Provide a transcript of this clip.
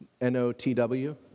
N-O-T-W